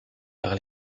par